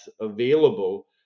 available